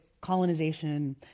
colonization